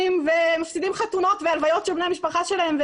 ומפסידים חתונות והלוויות של בני המשפחה שלהם.